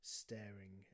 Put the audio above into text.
staring